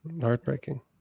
heartbreaking